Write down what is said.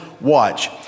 watch